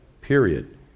period